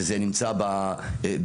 שזה נמצא בסנהדריה,